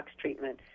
treatment